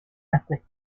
ethnic